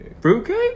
Fruitcake